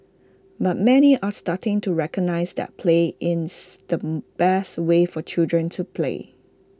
but many are starting to recognise that play is the best way for children to play